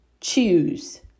choose